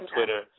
Twitter